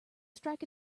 strike